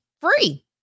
Free